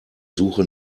suche